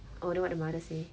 oh then what the mother say